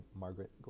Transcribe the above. Margaret